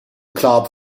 club